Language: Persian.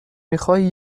میخوای